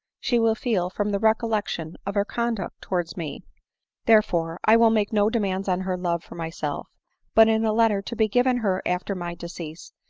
she will feel from the recollection of her conduct towards me therefore, i will make no demands on her love for myself but, in a letter to be given her after my decease,